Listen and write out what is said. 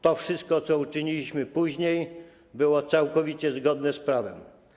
To wszystko, co uczyniliśmy później, było całkowicie zgodne z prawem.